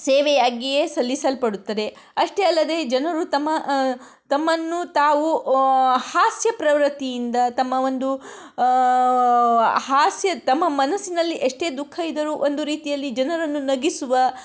ಸೇವೆಯಾಗಿಯೇ ಸಲ್ಲಿಸಲ್ಪಡುತ್ತದೆ ಅಷ್ಟೇ ಅಲ್ಲದೆ ಜನರು ತಮ್ಮ ತಮ್ಮನ್ನು ತಾವು ಹಾಸ್ಯ ಪ್ರವೃತ್ತಿಯಿಂದ ತಮ್ಮ ಒಂದು ಹಾಸ್ಯ ತಮ್ಮ ಮನಸ್ಸಿನಲ್ಲಿ ಎಷ್ಟೇ ದುಃಖ ಇದ್ದರೂ ಒಂದು ರೀತಿಯಲ್ಲಿ ಜನರನ್ನು ನಗಿಸುವ